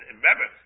remember